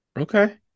Okay